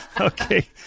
Okay